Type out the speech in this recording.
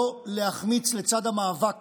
לא להחמיץ, לצד המאבק